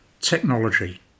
technology